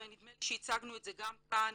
ונדמה לי שהצגנו את זה גם כאן,